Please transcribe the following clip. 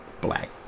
black